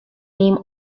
name